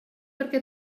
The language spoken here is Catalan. perquè